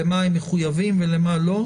למה הם מחויבים ולמה לא.